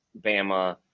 Bama